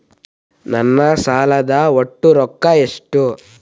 ನನ್ನ ಸಾಲದ ಒಟ್ಟ ರೊಕ್ಕ ಎಷ್ಟು?